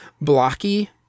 blocky